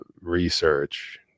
research